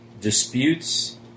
disputes